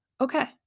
okay